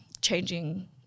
changing